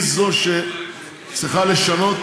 היא זו שצריכה לשנות